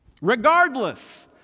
Regardless